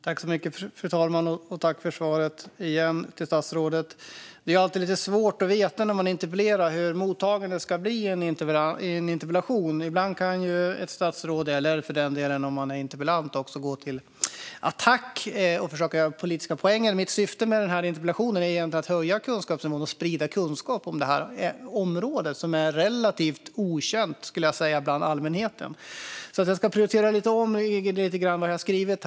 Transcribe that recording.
Fru talman! Tack igen för svaret, statsrådet! Det är alltid lite svårt att veta när man interpellerar hur mottagandet av en interpellation ska bli. Ibland kan ett statsråd eller för den delen en interpellant gå till attack och försöka ta politiska poänger. Mitt syfte med interpellationen är att höja kunskapsnivån och sprida kunskap om det här området, som är relativt okänt bland allmänheten. Jag ska därför prioritera om lite i det som jag har skrivit.